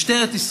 משטרת ישראל,